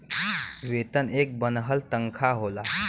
वेतन एक बन्हल तन्खा होला